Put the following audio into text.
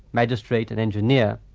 magistrate and engineer,